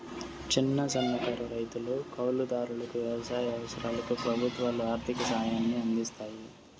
చిన్న, సన్నకారు రైతులు, కౌలు దారులకు వ్యవసాయ అవసరాలకు ప్రభుత్వాలు ఆర్ధిక సాయాన్ని అందిస్తాయి